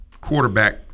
quarterback